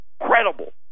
incredible